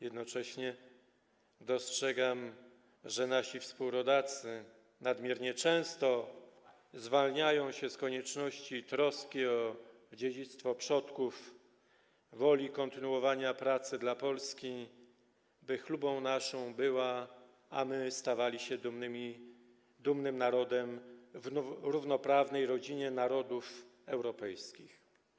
Jednocześnie dostrzegam, że nasi współrodacy nadmiernie często zwalniają się z konieczności troski o dziedzictwo przodków, woli kontynuowania pracy dla Polski, by chlubą naszą była, a my byśmy stawali się dumnym narodem w równoprawnej rodzinie narodów europejskich.